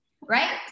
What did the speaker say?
right